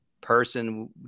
person